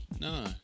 No